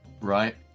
right